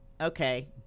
Okay